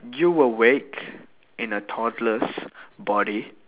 you will wait in a toddler's body